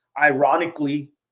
ironically